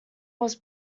was